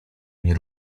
nie